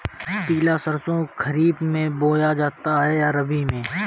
पिला सरसो खरीफ में बोया जाता है या रबी में?